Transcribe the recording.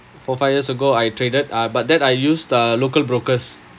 four five years ago I traded uh but that I used uh local brokers